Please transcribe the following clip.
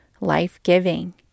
life-giving